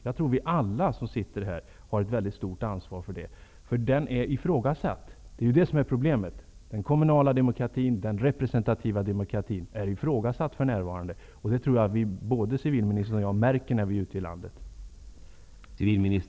Jag tror att alla vi som sitter här har ett mycket stort ansvar för detta. Den kommunala demokratin, den representativa demokratin, är ju för närvarande ifrågasatt. Det tror jag att både civilministern och jag märker när vi är ute i landet.